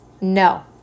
no